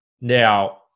Now